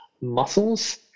muscles